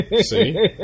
See